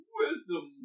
wisdom